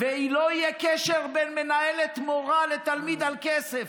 ולא יהיה קשר בין מנהלת, מורה ותלמיד על כסף.